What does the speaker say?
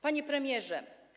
Panie Premierze!